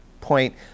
point